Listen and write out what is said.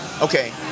Okay